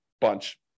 bunch